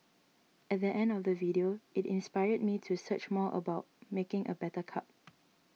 at the end of the video it inspired me to search more about making a better cup